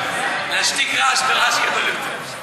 להשתיק רעש ברעש גדול יותר.